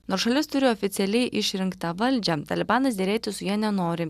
nors šalis turi oficialiai išrinktą valdžią talibanas derėtis su ja nenori